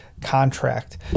contract